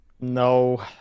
No